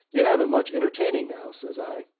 you haven't much entertaining now says i.